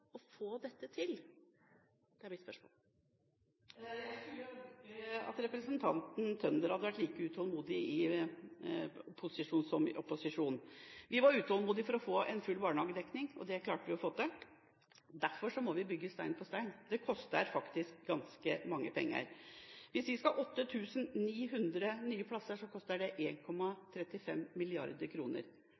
å få det til? Det er mitt spørsmål. Jeg skulle ønske at representanten Tønder hadde vært like utålmodig i posisjon som i opposisjon. Vi var utålmodige etter å få full barnehagedekning, og det klarte vi å få til. Derfor må vi bygge stein på stein. Det koster faktisk ganske mye penger. 8 900 plasser koster 1,35 mrd. kr. Vi begynte med 241 mill. kr, som ville gitt en